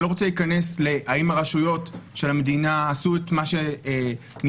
אני לא רוצה להיכנס האם הרשויות של המדינה עשו את מה שנדרש